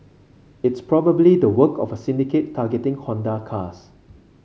it's probably the work of a syndicate targeting Honda cars